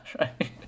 right